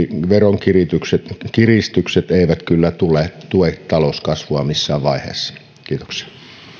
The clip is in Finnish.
veronkiristykset eivät kyllä tue talouskasvua missään vaiheessa